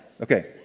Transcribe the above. Okay